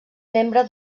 membre